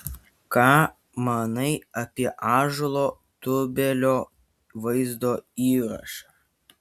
ką manai apie ąžuolo tubelio vaizdo įrašą